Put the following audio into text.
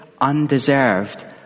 undeserved